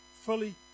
fully